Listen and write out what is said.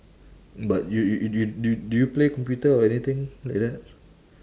but you you you do do do you play computer or anything like that